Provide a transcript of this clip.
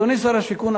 אדוני שר השיכון,